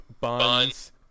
Bonds